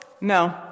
No